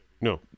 No